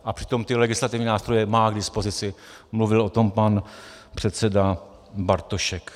A přitom legislativní nástroje má k dispozici, mluvil o tom pan předseda Bartošek.